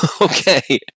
Okay